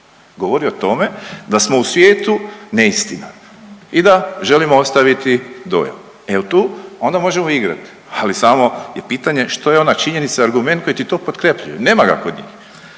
govori o tome da smo u svijetu neistina i da želimo ostaviti dojam. Evo tu onda možemo igrat, ali samo je pitanje što je ona činjenica i argument koji to potkrepljuje. Nema ga kod njih.